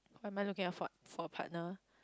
what am I looking for for a partner